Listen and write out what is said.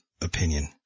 opinion